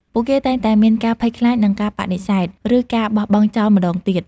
ពួកគេតែងតែមានការភ័យខ្លាចនឹងការបដិសេធ ឬការបោះបង់ចោលម្ដងទៀត។